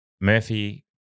Murphy